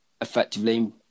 effectively